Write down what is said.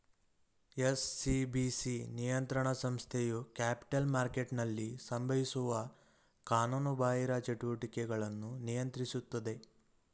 SCBC ನಿಯಂತ್ರಣ ಸಂಸ್ಥೆಯು capital ಮಾರ್ಕೆಟ್ನಲ್ಲಿ ಸಂಭವಿಸುವ ಕಾನೂನುಬಾಹಿರ ಚಟುವಟಿಕೆಗಳನ್ನು ನಿಯಂತ್ರಿಸುತ್ತದೆ